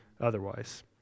otherwise